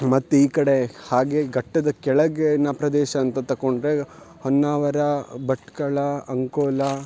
ಮತ್ತು ಈ ಕಡೆ ಹಾಗೆ ಗಟ್ಟದ ಕೆಳಗೇನ ಪ್ರದೇಶ ಅಂತ ತಕೊಂಡರೆ ಹೊನ್ನಾವರ ಭಟ್ಕಳ ಅಂಕೋಲಾ